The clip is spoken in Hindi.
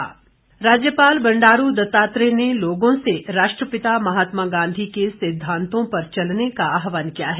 राज्यपाल राज्यपाल बंडारू दत्तात्रेय ने लोगों से राष्ट्रपिता महात्मा गांधी के सिद्धांतों पर चलने का आहवान किया है